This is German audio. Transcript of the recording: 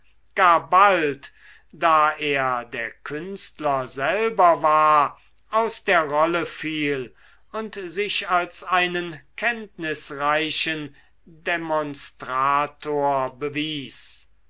bald da er der künstler selber war aus der rolle fiel und sich als einen kenntnisreichen demonstrator bewies